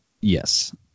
Yes